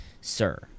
sir